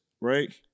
right